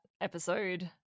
episode